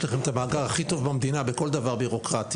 יש לכם את המאגר הכי טוב במדינה בכל דבר בירוקרטי.